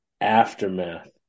aftermath